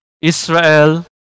Israel